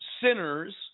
sinners